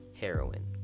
heroin